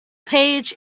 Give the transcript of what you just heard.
paige